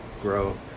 Grow